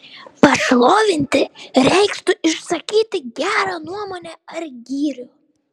pašlovinti reikštų išsakyti gerą nuomonę ar gyrių